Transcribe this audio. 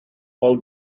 all